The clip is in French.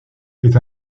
est